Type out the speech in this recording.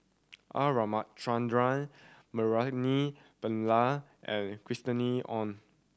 R Ramachandran Naraina Pilla and Christina Ong